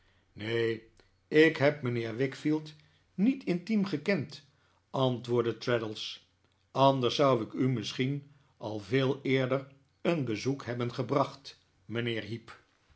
neen ik heb mijnheer wickfield niet intiem gekend antwoordde traddles anders zou ik u misschien al veel eerder een bezoek hebben gebracht mijnheer heep